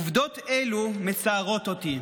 עובדות אלו מצערות אותי.